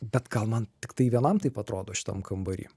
bet gal man tiktai vienam taip atrodo šitam kambary